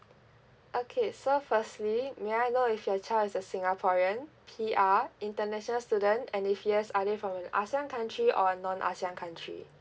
okay so firstly may I know if your child is a singaporean P R international student and if yes are they from an ASEAN country or a non ASEAN country